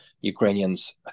ukrainians